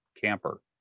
camper